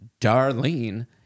Darlene